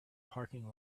parking